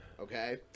okay